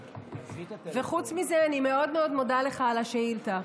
וחוץ מזה, אני מאוד מאוד מודה לך על השאילתה.